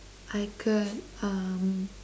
I could uh